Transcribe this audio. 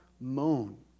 moan